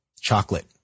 chocolate